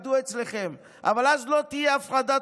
ואם לא די בכך,